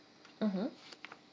mmhmm